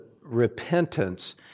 repentance